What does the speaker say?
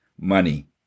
money